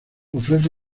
ofrece